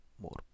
more